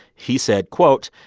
he said, quote,